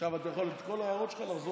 עכשיו אתה יכול לחזור על כל ההערות שלך שוב.